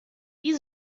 wie